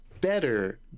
better